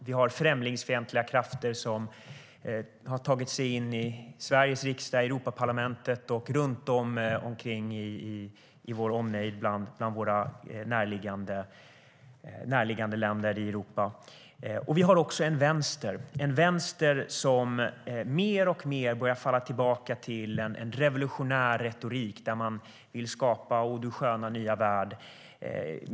Vi har främlingsfientliga krafter i Sveriges riksdag, i Europaparlamentet och i närliggande länder i Europa. Vi har också en vänster som mer och mer börjar falla tillbaka till en revolutionär retorik där man vill skapa å, du sköna nya värld.